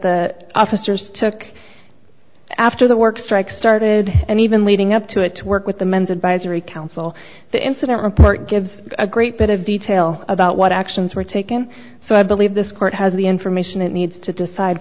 the officers took after the work strike started and even leading up to it to work with the men's advisory council the incident report gives a great bit of detail about what actions were taken so i believe this court has the information it needs to decide